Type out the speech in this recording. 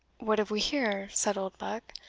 what have we here? said oldbuck,